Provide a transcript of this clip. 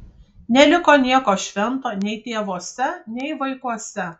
neliko nieko švento nei tėvuose nei vaikuose